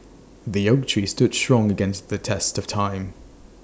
the oak tree stood strong against the test of time